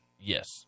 Yes